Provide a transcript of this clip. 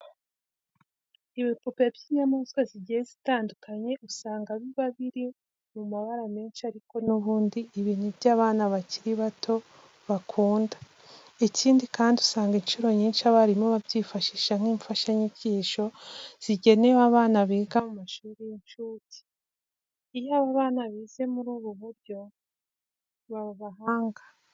Ibipupe by'inyamaswa zigiye zitandukanye usanga biba biri mu mabara menshi ariko n'ubundi ibi ni byo abana bakiri bato bakunda. Ikindi kandi, usanga incuro nyinshi abarimu babyifashisha nk'imfashanyigisho zigenewe abana biga mu mashuri y'incuke. Iyo aba bana bize muri ubu buryo baba abahanga.